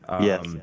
yes